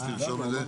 שתרשום את זה?